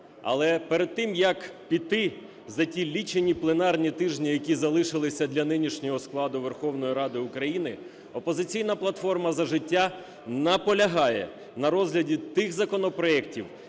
Але перед тим, як піти, за ті лічені пленарні тижні, які залишилися для нинішнього складу Верховної Ради України, "Опозиційна платформа – За життя" наполягає на розгляді тих законопроектів,